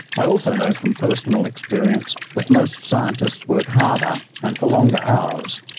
i also know from personal experience that most scientists work harder, and for longer hours,